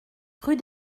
rue